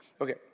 Okay